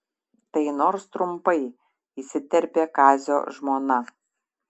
tai nors trumpai įsiterpė kazio žmona